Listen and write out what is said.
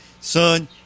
son